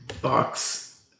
Box